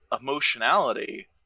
emotionality